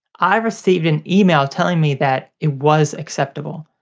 i received an email telling me that it was acceptable.